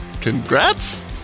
Congrats